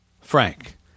Frank